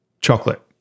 chocolate